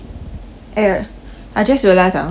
eh I just realised ah where's your kids